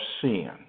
sin